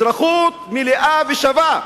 אזרחות מלאה ושווה.